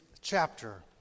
chapter